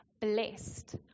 blessed